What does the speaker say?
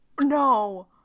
no